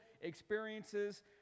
experiences